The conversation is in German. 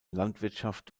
landwirtschaft